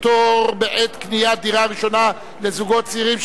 פטור בעת קניית דירה ראשונה לזוגות צעירים),